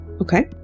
Okay